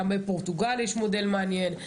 גם בפורטוגל יש מודל מעניין,